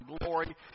glory